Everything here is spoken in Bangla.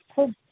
খুব